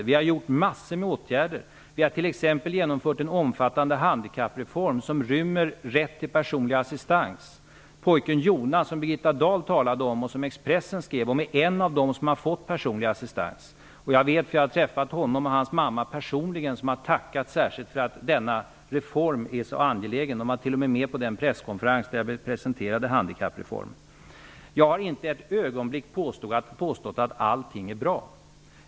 Regeringen har gjort massor av åtgärder. Regeringen har exempelvis genomfört en omfattande handikappreform som inrymmer rätt till personlig assistans. Pojken Jonas, som Birgitta Dahl talade om, och som Expressen skrev om, är en av dem som fått personlig assistans. Jag har träffat honom och hans mamma personligen. De har tackat särskilt, därför att denna reform är så angelägen. De var t.o.m. med på den presskonferens där jag presenterade handikappreformen. Jag har inte ett ögonblick påstått att allting är bra.